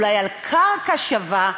אולי על קרקע שווה,